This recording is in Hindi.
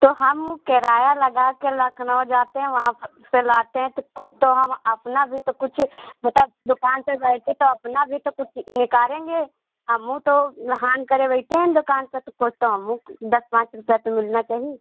तो हम किराया लगाकर लखनऊ जाते हैं वहाँ से लाते हैं तो कुछ तो हम अपना भी तो कुछ मतलब दुकान पर बैठे तो अपना भी तो कुछ निकालेंगे हमऊँ तो नहान करे बैठे हैं दुकान पर तो कुछ तो हमऊँ के दस पाँच रुपये तो मिलना चाहिए